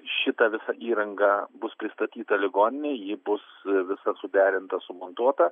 šita visa įranga bus pristatyta ligonei ji bus visa suderinta sumontuota